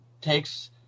takes